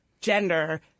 gender